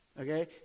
Okay